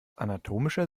anatomischer